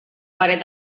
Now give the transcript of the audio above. parer